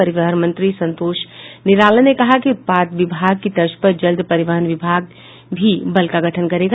परिवहन मंत्री संतोष निराला ने कहा है कि उत्पाद विभाग की तर्ज पर जल्द परिवहन विभाग भी बल का गठन करेगा